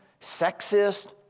sexist